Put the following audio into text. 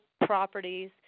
properties